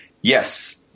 yes